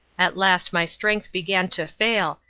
at last my strength began to fail,